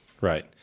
Right